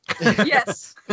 Yes